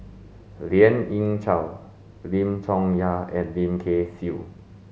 Lien Ying Chow Lim Chong Yah and Lim Kay Siu